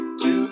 two